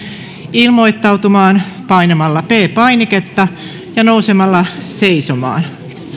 ilmoittautumaan painamalla p painiketta ja nousemalla seisomaan